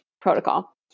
protocol